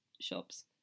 shops